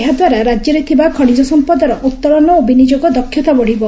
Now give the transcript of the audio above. ଏହାଦ୍ୱାରା ରାଜ୍ୟରେ ଥିବା ଖଣିଜ ସଂପଦର ଉତୋଳନ ଓ ବିନିଯୋଗ ଦକ୍ଷତା ବଢିବ